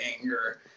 anger